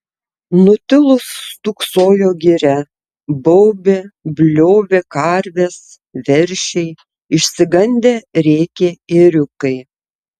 nutilus stūksojo giria baubė bliovė karvės veršiai išsigandę rėkė ėriukai